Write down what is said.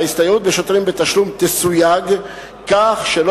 ההסתייעות בשוטרים בתשלום תסויג כך שלא